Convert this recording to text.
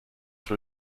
sur